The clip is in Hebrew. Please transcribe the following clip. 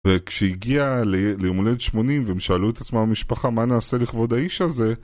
וכשהגיע ליום הולדת 80 והם שאלו את עצמם במשפחה מה נעשה לכבוד האיש הזה